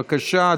בבקשה.